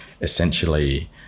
essentially